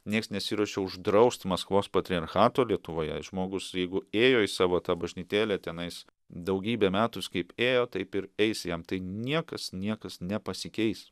nieks nesiruošia uždraust maskvos patriarchato lietuvoje žmogus jeigu ėjo į savo tą bažnytėlę tenais daugybę metų jis kaip ėjo taip ir eis jam tai niekas niekas nepasikeis